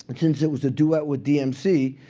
but since it was a duet with dmc,